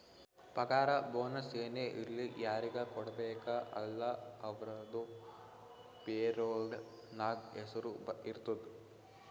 ಪಗಾರ ಬೋನಸ್ ಏನೇ ಇರ್ಲಿ ಯಾರಿಗ ಕೊಡ್ಬೇಕ ಅಲ್ಲಾ ಅವ್ರದು ಪೇರೋಲ್ ನಾಗ್ ಹೆಸುರ್ ಇರ್ತುದ್